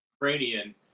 Ukrainian